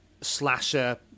slasher